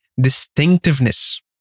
distinctiveness